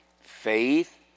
Faith